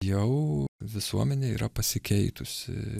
jau visuomenė yra pasikeitusi